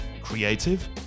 creative